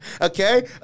Okay